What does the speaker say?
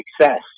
success